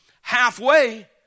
Halfway